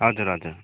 हजुर हजुर